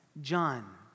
John